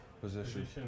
position